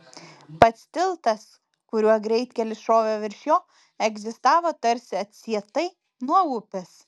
pats tiltas kuriuo greitkelis šovė virš jo egzistavo tarsi atsietai nuo upės